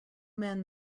men